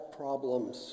problems 。